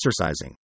exercising